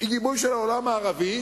עם גיבוי של העולם הערבי,